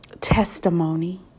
testimony